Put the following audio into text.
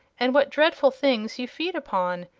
and what dreadful things you feed upon!